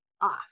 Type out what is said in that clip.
off